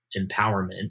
empowerment